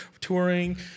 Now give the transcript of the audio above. touring